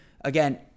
again